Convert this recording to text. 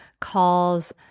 calls